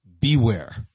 beware